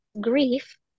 grief